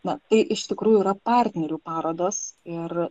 na tai iš tikrųjų yra partnerių parodos ir